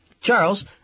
Charles